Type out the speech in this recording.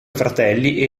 fratelli